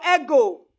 ego